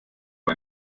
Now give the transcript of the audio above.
nur